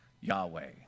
Yahweh